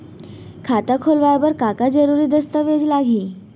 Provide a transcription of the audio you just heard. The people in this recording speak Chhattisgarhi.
खाता खोलवाय बर का का जरूरी दस्तावेज लागही?